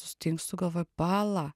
sustingstu galvoju pala